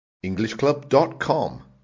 EnglishClub.com